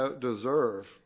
deserve